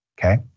okay